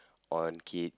on kid